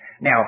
Now